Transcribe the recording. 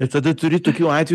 ir tada turi tokių atvejų